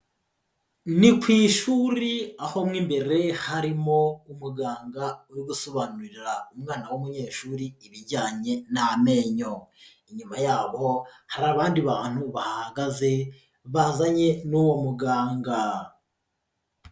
Ni ku ishuri aho mo imbere harimo umuganga uri gusobanurira umwana w'umunyeshuri ibijyanye n'amenyo. Inyuma yabo, hari abandi bantu bahagaze, bazanye n'uwo muganga.